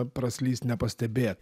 praslyst nepastebė